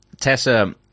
Tessa